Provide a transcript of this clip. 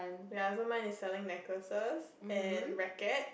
ya so mine is selling necklaces and racket